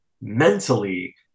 mentally